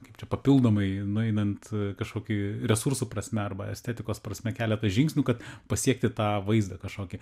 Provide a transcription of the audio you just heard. kaip čia papildomai nueinant kažkokį resursų prasme arba estetikos prasme keletą žingsnių kad pasiekti tą vaizdą kažkokį